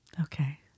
okay